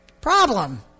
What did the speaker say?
Problem